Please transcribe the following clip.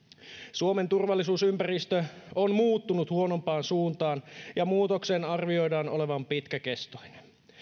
suomen turvallisuusympäristö on muuttunut huonompaan suuntaan ja muutoksen arvioidaan olevan pitkäkestoinen